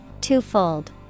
Twofold